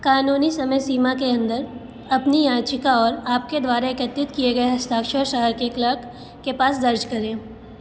कानूनी समय सीमा के अंदर अपनी याचिका और आपके द्वारा एकत्रित किये गए हस्ताक्षर शहर के क्लर्क के पास दर्ज करें